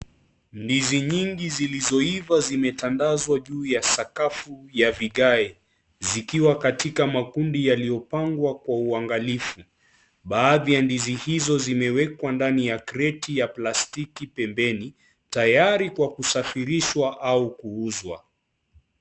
Ndii nyingi zilizoiva zimetandazwa juu ya sakafu ya vigae zikiwa katika makundi yaliyopangwa kwa uangalifu, baadhi ya ndizi hizo zimewekwa ndani ya kreti ya plastiki pembeni tayari kwa kusafirishwa au kuuzwa.